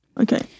Okay